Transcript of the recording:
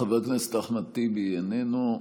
חבר הכנסת אחמד טיבי, איננו.